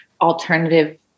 alternative